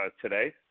today